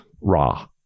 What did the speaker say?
raw